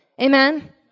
Amen